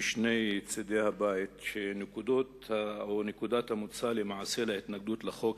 משני צדי הבית שנקודת המוצא להתנגדות לחוק